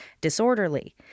disorderly